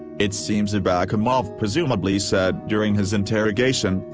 it seems abakumov presumably said during his interrogation,